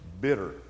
bitter